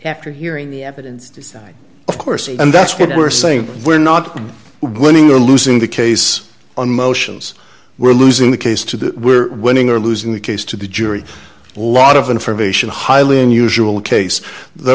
after hearing the evidence of course and that's what we're saying we're not winning or losing the case on motions we're losing the case to that we're winning or losing the case to the jury lot of information highly unusual case